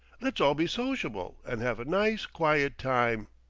let's all be sociable, and have a nice quiet time.